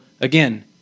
again